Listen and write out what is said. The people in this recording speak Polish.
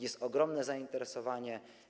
Jest ogromne zainteresowanie.